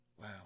Wow